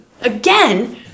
again